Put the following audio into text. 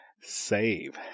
save